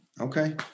okay